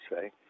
say